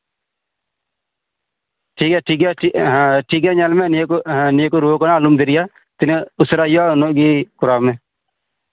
ᱴᱷᱤᱠᱜᱮᱭᱟ ᱴᱷᱤᱠᱜᱮᱭᱟ ᱴᱷᱤᱠᱜᱮᱭᱟ ᱮᱸ ᱴᱷᱤᱠᱜᱮᱭᱟ ᱧᱮᱞ ᱢᱮ ᱱᱤᱭᱟᱹ ᱠᱚ ᱦᱮᱸ ᱱᱤᱭᱟᱹᱠᱚ ᱨᱩᱣᱟᱹ ᱫᱚ ᱟᱞᱚᱢ ᱫᱤᱨᱤᱭᱟ ᱛᱤᱱᱟᱹᱜ ᱩᱥᱟᱹᱨᱟ ᱤᱭᱟᱹ ᱩᱱᱟᱹᱜ ᱜᱮ ᱠᱚᱨᱟᱣ ᱢᱮ